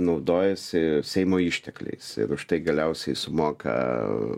naudojasi seimo ištekliais ir už tai galiausiai sumoka